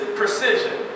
precision